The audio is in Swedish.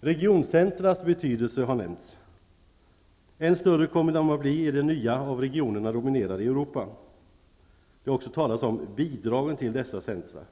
Regioncentrumens betydelse har nämnts. Än större kommer de att bli i det nya av regionerna dominerade Europa. Det har också talats om bidragen till dessa centrum.